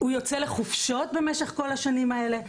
הוא יוצא לחופשות במשך כל השנים האלה.